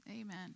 Amen